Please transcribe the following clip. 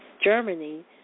Germany